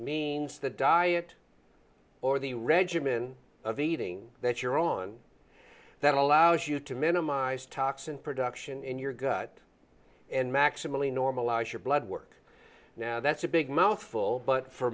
means the diet or the regimen of eating that you're on that allows you to minimise toxin production in your gut and maximally normalize your blood work now that's a big mouthful but for